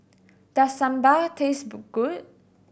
does Sambar taste good